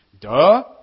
duh